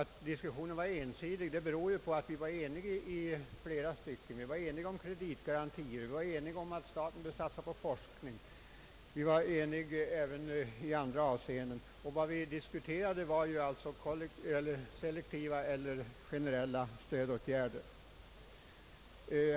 Att diskussionen har blivit ensidig beror på att enighet råder i flera stycken, nämligen om kreditgaraniter, om att staten bör satsa på forskning och även om andra ting. Vad vi diskuterade var frågan om selektiva eller generella stödåtgärder.